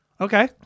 Okay